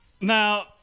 Now